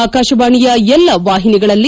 ಆಕಾಶವಾಣಿಯ ಎಲ್ಲ ವಾಹಿನಿಗಳಲ್ಲಿ